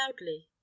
loudly